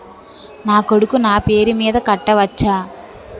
నా కొడుకులు నా పేరి మీద కట్ట వచ్చా?